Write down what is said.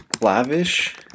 lavish